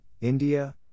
India